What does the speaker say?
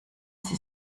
sie